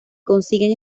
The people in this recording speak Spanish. consiguen